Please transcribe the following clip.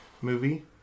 movie